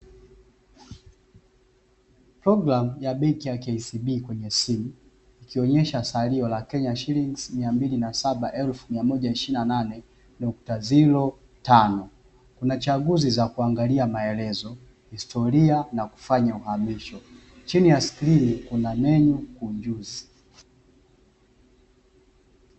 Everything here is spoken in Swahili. Programu ya benki ya keisibi kwenye simu ikionyesha salio la Kenya shilingizi miambili na saba elfu miamoja ishirini na nane nukta ziro tano, kuna chaguzi za kuangalia maelezo, historia na kufanya uhamisho chini ya skrini kuna neno kunjuzi.